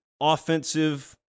offensive